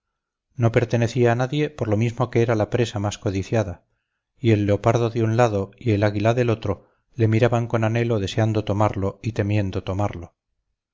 no pertenecía a nadie por lo mismo que era la presa más codiciada y el leopardo de un lado y el águila del otro le miraban con anhelo deseando tomarlo y temiendo tomarlo